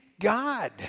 God